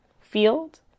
field